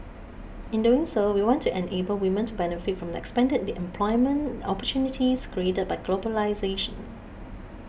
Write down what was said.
in doing so we want to enable women to benefit from the expanded employment opportunities created by globalisation